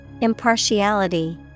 Impartiality